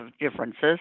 differences